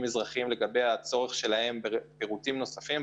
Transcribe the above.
אזרחיים לגבי הצורך שלהם בפירוט נוסף.